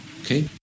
Okay